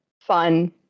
fun